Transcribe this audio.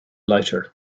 lighter